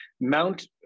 Mount